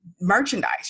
merchandise